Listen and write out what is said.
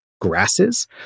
grasses